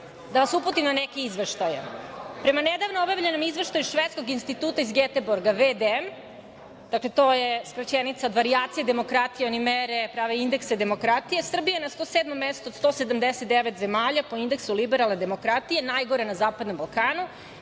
da vas uputim na neke izveštaje. Prema nedavno obavljenom izveštaju švedskog Instituta iz GeteborgaWDM, dakle to je skraćenica od varijacija, demokratija, mere, prave indekse demokratije, Srbija je na 107. mestu od 179 zemalja po indeksu liberalne demokratije, najgore na zapadnom Balkanu,